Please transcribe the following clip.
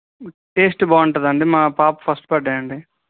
taste బాగుంటుందా అండి మా పాప ఫస్ట్ బర్త్డే అండి